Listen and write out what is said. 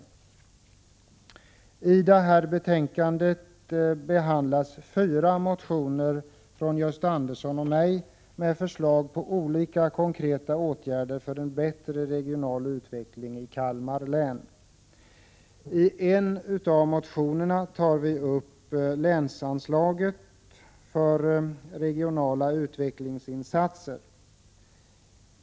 I arbetsmarknadsutskottets betänkande behandlas fyra motioner av Gösta Andersson och mig med förslag till olika konkreta åtgärder för en bättre regional utveckling i Kalmar län. En av motionerna tar upp länsanslaget för regionala utvecklingsinsatser.